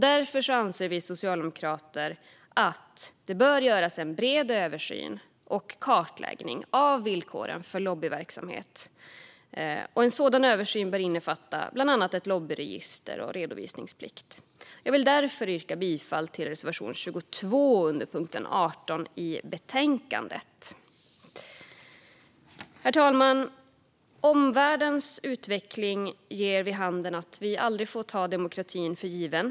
Därför anser vi socialdemokrater att det bör göras en bred översyn och kartläggning av villkoren för lobbyverksamhet. En sådan översyn bör innefatta bland annat ett lobbyregister och redovisningsplikt. Jag vill därför yrka bifall till reservation 22 under punkt 18 i betänkandet. Herr talman! Omvärldens utveckling ger vid handen att vi aldrig får ta demokratin för given.